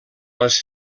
les